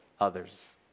others